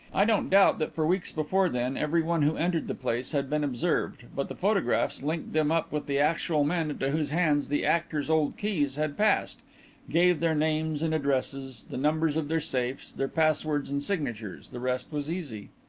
i don't doubt that for weeks before then everyone who entered the place had been observed, but the photographs linked them up with the actual men into whose hands the actor's old keys had passed gave their names and addresses, the numbers of their safes, their passwords and signatures. the rest was easy.